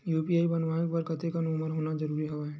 UPI बनवाय बर कतेक उमर होना जरूरी हवय?